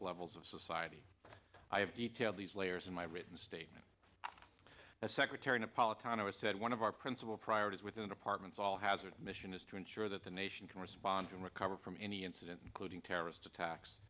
levels of society i have detailed these layers in my written statement as secretary napolitano said one of our principal priorities within departments all hazards mission is to ensure that the nation can respond and recover from any incident including terrorist attacks